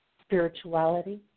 spirituality